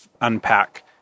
unpack